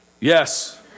Yes